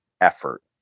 effort